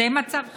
זה מצב חירום?